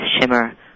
shimmer